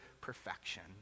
perfection